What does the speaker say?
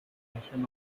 definition